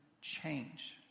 change